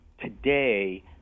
today